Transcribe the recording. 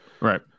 Right